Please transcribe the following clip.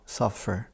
suffer